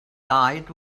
died